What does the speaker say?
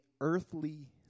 earthly